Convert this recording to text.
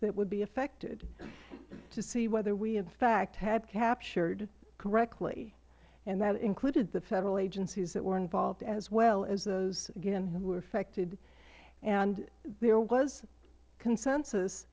that would be affected to see whether we in fact had captured correctly and that included the federal agencies that were involved as well as those again who were affected and there was consensus